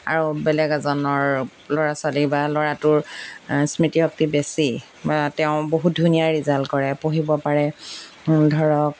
আৰু বেলেগ এজনৰ ল'ৰা ছোৱালী বা ল'ৰাটোৰ স্মৃতিশক্তি বেছি বা তেওঁ বহুত ধুনীয়া ৰিজাল্ট কৰে পঢ়িব পাৰে ধৰক